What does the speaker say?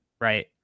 right